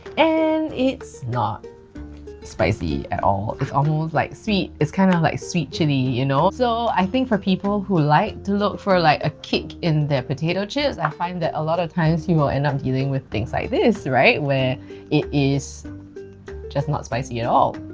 and it's not spicy at all it's almost like sweet. it's kind of like sweet chilli you know. so i think for people who like to look for like a kick in their potato chips, i find that a lot of times you will end up dealing with things like this right, where it is just not spicy at all.